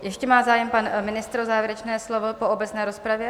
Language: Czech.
Ještě má zájem pan ministr o závěrečné slovo po obecné rozpravě.